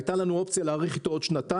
הייתה לנו אופציה להאריך איתו לעוד שנתיים,